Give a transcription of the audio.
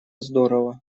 здорово